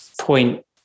point